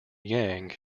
yang